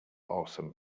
awesome